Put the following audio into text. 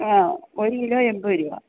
ആ ഒരു കിലോ എൺപത് രൂപ